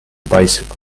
bicycle